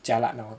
jialat now